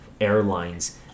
airlines